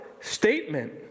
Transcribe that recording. statement